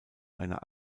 einer